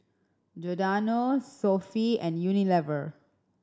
Giordano Sofy and Unilever